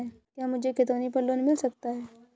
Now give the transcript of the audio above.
क्या मुझे खतौनी पर लोन मिल सकता है?